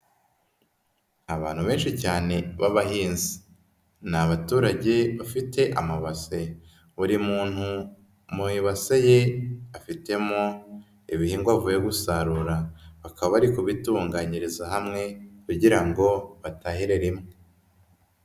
Abantu benshi cyane b'abahinzi. Ni abaturage bafite amabase, buri muntu mu ibase ye afitemo ibihingwa avuye gusarura, bakaba bari kubitunganyiriza hamwe kugira ngo batahire rimwe.